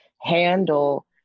handle